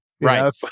Right